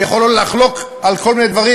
ואני יכול לחלוק על כל מיני דברים.